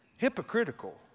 Hypocritical